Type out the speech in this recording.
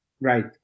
Right